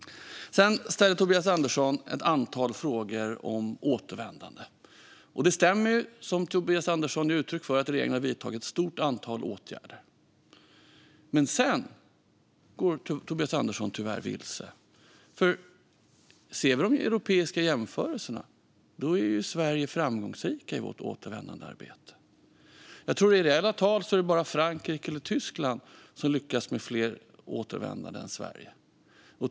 Sedan ställde Tobias Andersson ett antal frågor om återvändande. Det stämmer, som han gav uttryck för, att regeringen har vidtagit ett stort antal åtgärder, men sedan går Tobias Andersson tyvärr vilse. Om vi tittar på de europeiska jämförelserna ser vi att Sverige är framgångsrikt i återvändandearbetet. Jag tror att det i reella tal bara är Frankrike eller Tyskland som lyckas med fler återvändanden än Sverige.